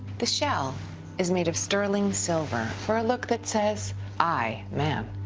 the shell is made of sterling silver for a look that says i, man,